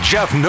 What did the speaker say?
Jeff